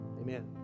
Amen